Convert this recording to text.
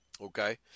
okay